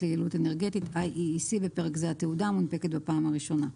ליעילות אנרגטית (IEEC) (בפרק זה התעודה) מונפקת בפעם הראשונה.